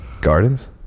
gardens